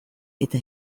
eta